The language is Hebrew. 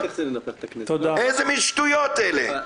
איזה מין שטויות אלה?